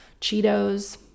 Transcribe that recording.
cheetos